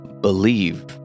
believe